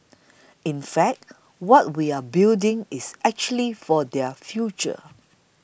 in fact what we are building is actually for their future